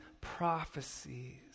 prophecies